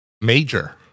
major